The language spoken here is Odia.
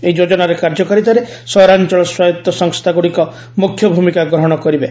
ଏହି ଯୋଜନାର କାର୍ଯ୍ୟକାରିତାରେ ସହରାଂଚଳ ସ୍ୱାୟତ ସଂସ୍ଥାଗୁଡ଼ିକ ମୁଖ୍ୟ ଭୂମିକା ଗ୍ରହଣ କରିବେ